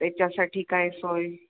त्याच्यासाठी काय सोय